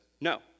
no